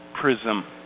prism